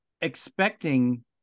expecting